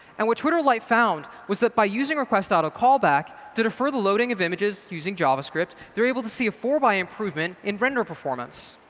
and what twitter lite found was that by using requestidlecallback to defer the loading of images using javascript they were able to see a four by improvement in render performance.